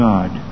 God